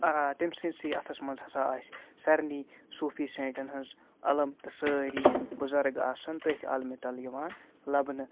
آ تٔمۍ سِنٛدۍ سٕے اَتھَس منٛز ہسا آسہِ سارنی صوٗفی سینٛٹَن ہٕنٛز علَم تہٕ سٲری بُزرَگ آسَن تٔتھۍ عَلمہِ تَل یِوان لَبنہٕ